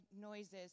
noises